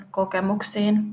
kokemuksiin